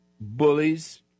Bullies